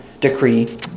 decree